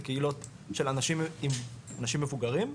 לקהילות של אנשים מבוגרים,